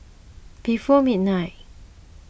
before midnight